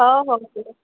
ହେଉ ହେଉ